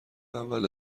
اول